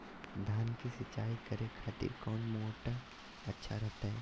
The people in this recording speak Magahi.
धान की सिंचाई करे खातिर कौन मोटर अच्छा रहतय?